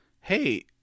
Hey